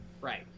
Right